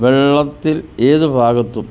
വെള്ളത്തിൽ ഏത് ഭാഗത്തും